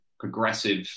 Progressive